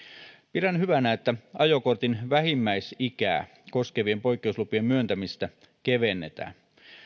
pidän hyvänä että ajokortin vähimmäisikää koskevien poikkeuslupien myöntämistä kevennetään